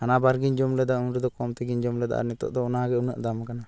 ᱦᱟᱱᱟᱵᱟᱨ ᱜᱤᱧ ᱡᱚᱢ ᱞᱮᱫᱟ ᱩᱱᱨᱮᱫᱚ ᱠᱚᱢᱛᱮᱜᱮᱧ ᱡᱚᱢ ᱞᱮᱫᱟ ᱟᱨ ᱱᱤᱛᱚᱜᱫᱚ ᱚᱱᱟᱜᱮ ᱩᱱᱟᱹᱜ ᱫᱟᱢ ᱠᱟᱱᱟ